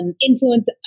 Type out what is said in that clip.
influence